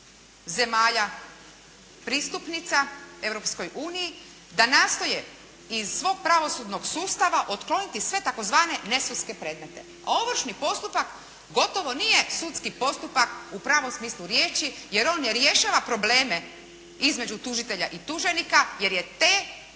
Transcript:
zemalja pristupnica Europskoj uniji da nastoje iz svog pravosudnog sustava otkloniti sve tzv. nesudske predmete. A ovršni postupak gotovo nije sudski postupak u pravom smislu riječi jer on ne rješava probleme između tuženika i tužitelja jer je te